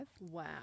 Wow